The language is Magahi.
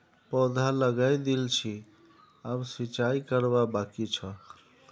पौधा लगइ दिल छि अब सिंचाई करवा बाकी छ